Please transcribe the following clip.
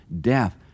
death